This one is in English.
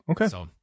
Okay